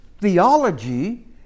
Theology